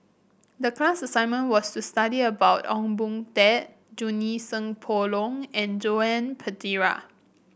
the class assignment was to study about Ong Boon Tat Junie Sng Poh Leng and Joan Pereira